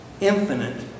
infinite